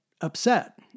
upset